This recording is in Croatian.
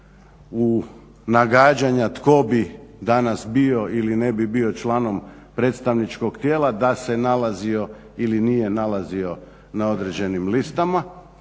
u nagađanja tko bi danas bio ili ne bi bio članom predstavničkog tijela da se nalazio ili nije nalazio na određenim listama,